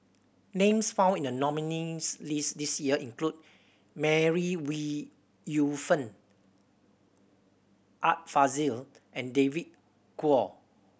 names found in the nominees' list this year include Mary Ooi Yu Fen Art Fazil and David Kwo